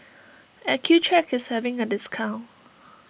Accucheck is having a discount